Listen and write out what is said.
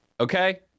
okay